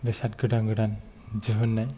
बेसाद गोदान गोदान दिहुननाय